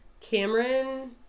Cameron